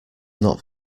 not